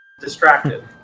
distracted